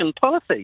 policy